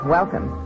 Welcome